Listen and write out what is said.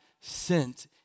sent